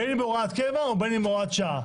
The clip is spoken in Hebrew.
בין אם הוראת קבע ובין אם הוראת שעה.